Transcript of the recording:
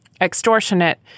extortionate